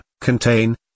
contain